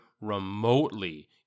remotely